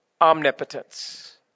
omnipotence